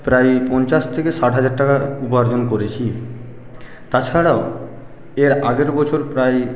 প্রায় পঞ্চাশ থেকে ষাট হাজার টাকা উপার্জন করেছি তাছাড়াও এর আগের বছর প্রায়